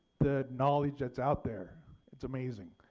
the knowledge that's out there it's amazing.